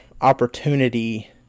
opportunity